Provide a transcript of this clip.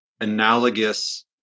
analogous